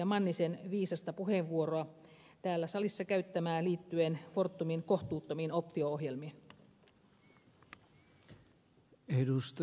mannisen täällä salissa käyttämää viisasta puheenvuoroa liittyen fortumin kohtuuttomiin optio ohjelmiin